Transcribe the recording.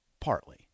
Partly